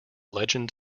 legend